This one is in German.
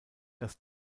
das